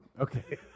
Okay